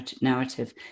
narrative